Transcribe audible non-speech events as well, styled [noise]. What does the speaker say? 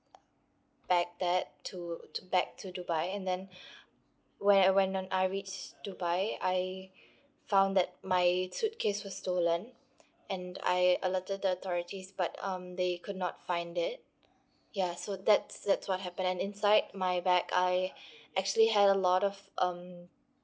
back that to to back to dubai and then [breath] when I when on I reach dubai I found that my suitcase was stolen and I alerted the authorities but um they could not find it ya so that's that's what happen and inside my bag I actually had a lot of um